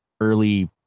early